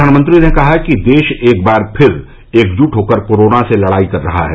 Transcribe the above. प्रधानमंत्री ने कहा कि देश एक बार फिर एकजुट होकर कोरोना से लडाई कर रहा है